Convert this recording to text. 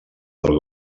del